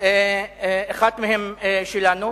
אחת מהן שלנו,